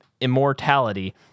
immortality